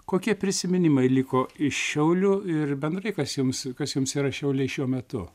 kokie prisiminimai liko iš šiaulių ir bendrai kas jums kas jums yra šiauliai šiuo metu